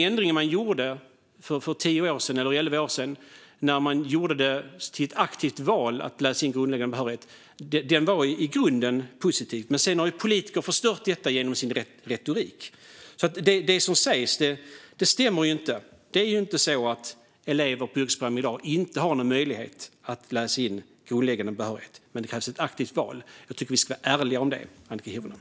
Ändringen man gjorde för tio eller elva år sedan när man gjorde det till ett aktivt val att läsa in grundläggande behörighet var i grunden positiv, men sedan har politiker förstört detta genom sin retorik. Det som sägs stämmer alltså inte. Det är inte så att elever på yrkesprogram i dag inte har någon möjlighet att läsa in grundläggande behörighet. Men det krävs ett aktivt val. Jag tycker att vi ska vara ärliga om det, Annika Hirvonen.